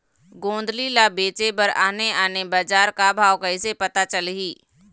गोंदली ला बेचे बर आने आने बजार का भाव कइसे पता चलही?